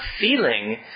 feeling